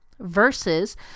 versus